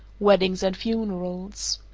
weddings and funerals.